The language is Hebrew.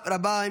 תודה רבה.